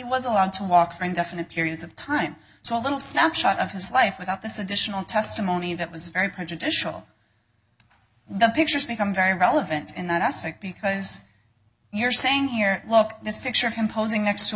was allowed to walk friends definite periods of time so a little snapshot of his life without this additional testimony that was very prejudicial the pictures become very relevant in that aspect because you're saying here look this picture of him posing next